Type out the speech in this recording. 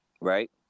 right